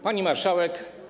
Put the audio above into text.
Pani Marszałek!